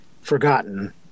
forgotten